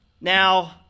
Now